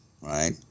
right